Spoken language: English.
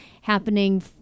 happening